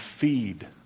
feed